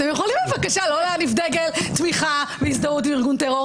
אתם מוכנים בבקשה לא להניף דגל תמיכה והזדהות עם ארגון טרור?